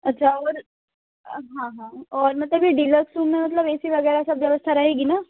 अच्छा और हाँ हाँ और मतलब ये डीलक्स रूम में मतलब ए सी वगैरह सब व्यवस्था रहेगी न